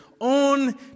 on